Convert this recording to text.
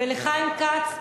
ולחיים כץ,